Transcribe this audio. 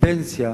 בפנסיה